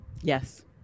Yes